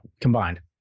Combined